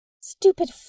Stupid